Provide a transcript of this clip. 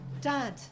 dad